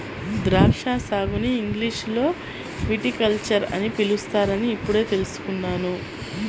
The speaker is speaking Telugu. ద్రాక్షా సాగుని ఇంగ్లీషులో విటికల్చర్ అని పిలుస్తారని ఇప్పుడే తెల్సుకున్నాను